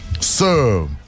Sir